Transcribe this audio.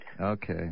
Okay